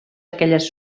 aquelles